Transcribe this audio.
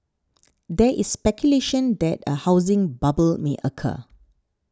there is speculation that a housing bubble may occur